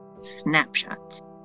Snapshot